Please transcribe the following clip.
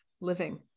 living